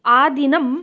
आदिनम्